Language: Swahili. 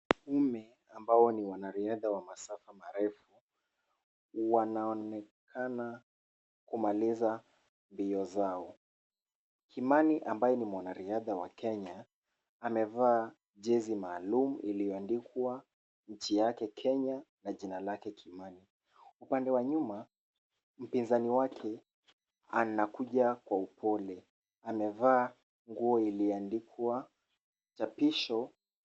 Wanaume ambao ni wanariadha wa masafa marefu, wanaonekana kumaliza mbio zao. Kimani ambaye ni mwanariadha wa Kenya, amevaa jezi maalum iliyoandikwa nchi yake Kenya na jina lake Kimani. Upande wa nyuma, mpinzani wake anakuja kwa upole, amevaa nguo iliyoandikwa chapisho.